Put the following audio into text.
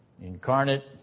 Incarnate